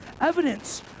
evidence